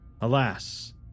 Alas